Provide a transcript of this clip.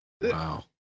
Wow